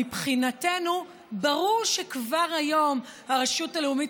מבחינתנו ברור שכבר היום הרשות הלאומית